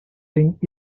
think